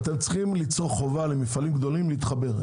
אתם צריכים ליצור חובה למפעלים גדולים להתחבר.